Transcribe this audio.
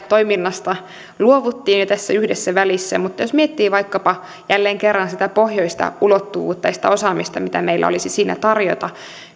toiminnasta luovuttiin jo tässä yhdessä välissä mutta jos miettii vaikkapa jälleen kerran sitä pohjoista ulottuvuutta ja sitä osaamista mitä meillä olisi siinä tarjota